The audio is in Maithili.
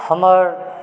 हमर